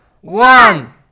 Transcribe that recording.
one